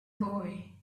boy